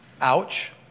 ouch